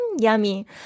Yummy